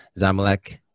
zamalek